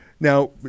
Now